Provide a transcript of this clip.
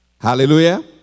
Hallelujah